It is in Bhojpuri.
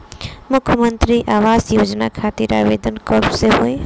मुख्यमंत्री आवास योजना खातिर आवेदन कब से होई?